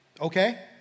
Okay